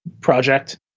project